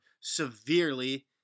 severely